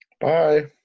bye